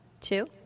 Two